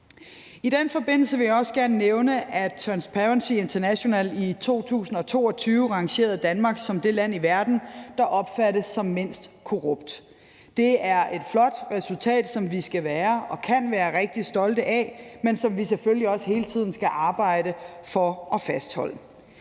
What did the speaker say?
I den forbindelse vil jeg også gerne nævne, at Transparency International i 2022 rangerede Danmark som det land i verden, der opfattes som mindst korrupt. Det er et flot resultat, som vi skal og kan være rigtig stolte af, men som vi selvfølgelig også hele tiden skal arbejde for at fastholde.